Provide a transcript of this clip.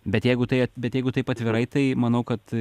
bet jeigu tai bet jeigu taip atvirai tai manau kad